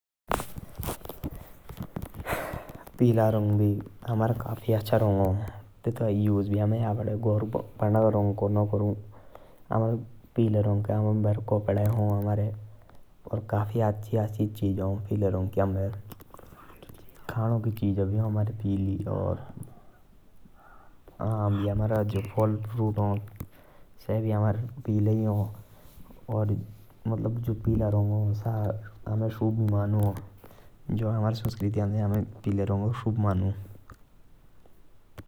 पेला रंग भी अमारा काफी अच्छा रंग ह। तेतका उसे हामे अपड़े घरु पंडा रंग कर्नक करु। और पिले रंग के हमारे कपड़े भी ह।